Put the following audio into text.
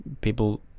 people